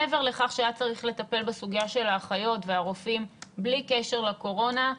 מעבר לכך שהיה צריך לטפל בסוגיה של האחיות והרופאים בלי קשר לקורונה,